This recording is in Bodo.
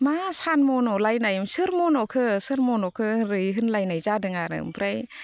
मा सान मन'लायनाय सोर मन'खो सोर मन'खो ओरै होनलायनाय जादों आरो ओमफ्राय